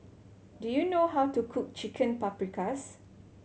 do you know how to cook Chicken Paprikas